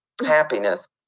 happiness